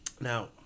Now